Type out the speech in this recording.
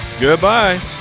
Goodbye